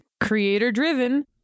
Creator-driven